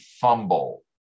fumble